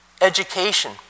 Education